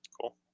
cool